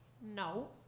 No